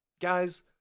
Guys